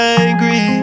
angry